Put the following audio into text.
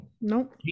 Nope